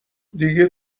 دیگه